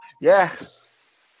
yes